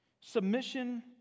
submission